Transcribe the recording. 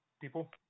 people